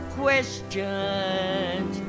questions